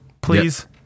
please